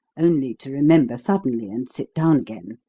only to remember suddenly and sit down again,